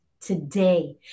today